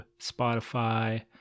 Spotify